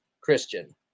Christian